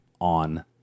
on